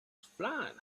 flying